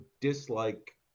dislike